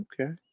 Okay